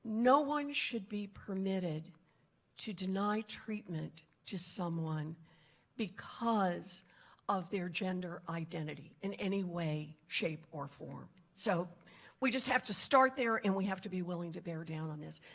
no one should be permitted to deny treatment to someone because of their gender identity in any way shape or form. so we just have to start there and we have to be willing to bear down on this.